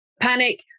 Panic